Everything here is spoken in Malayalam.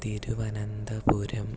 തിരുവനന്തപുരം